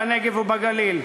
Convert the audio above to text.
בנגב ובגליל,